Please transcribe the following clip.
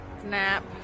Snap